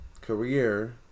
career